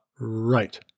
right